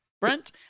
Brent